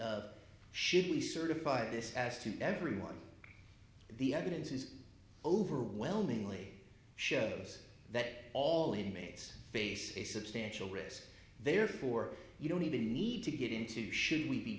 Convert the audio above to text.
of should we certify this as to everyone the evidence is overwhelmingly shows that all inmates face a substantial risk therefore you don't even need to get into should we be